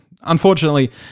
Unfortunately